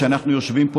שאנחנו יושבים פה,